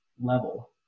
level